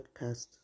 podcast